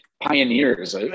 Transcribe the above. pioneers